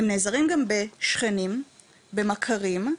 הם נעזרים בשכנים, במכרים,